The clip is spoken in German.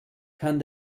kann